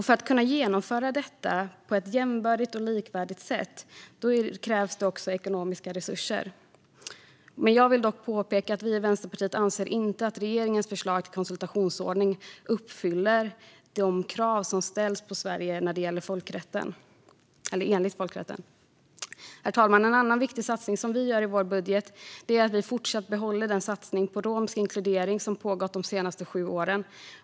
För att kunna genomföra detta på ett jämbördigt och likvärdigt sätt krävs också ekonomiska resurser. Jag vill dock påpeka att vi i Vänsterpartiet inte anser att regeringens förslag till konsultationsordning uppfyller de krav som ställs på Sverige enligt folkrätten. Vi behåller också den viktiga satsningen på romsk inkludering som pågått de senaste sju åren.